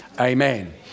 Amen